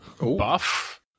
Buff